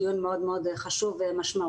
הוא דיון מאוד מאוד חשוב ומשמעותי.